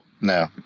No